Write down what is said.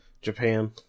Japan